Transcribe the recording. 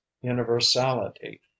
universality